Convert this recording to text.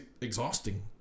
exhausting